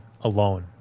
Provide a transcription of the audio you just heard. alone